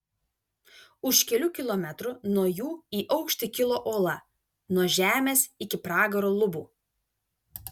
už kelių kilometrų nuo jų į aukštį kilo uola nuo žemės iki pragaro lubų